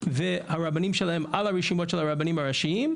והרבנים שלהם על הרשימות של הרבנים הראשיים,